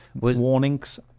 Warnings